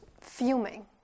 fuming